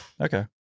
Okay